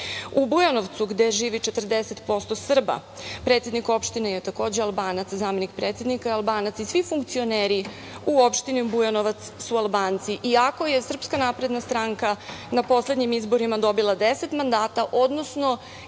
Bujanovcu gde živi 40% Srba, predsednik opštine je takođe Albanac, zamenik predsednika je Albanac i svi funkcioneri u opštini Bujanovac su Albanci iako je SNS na poslednjim izborima dobila 10 mandata, odnosno